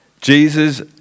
Jesus